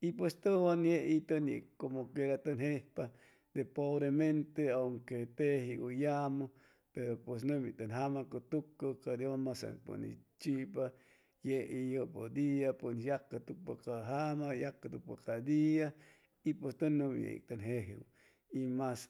y pues tuwan yeiy tun ye como quera tun jejpa de pobre mente aunque teji u yamu pero pues numi tum jama cutucu ca dios masan pun is u chipa yeiy yupu día pues cutucpa ca jama yacutucpa cadia y pus tun yeiy tun jejuwu y mas.